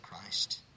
Christ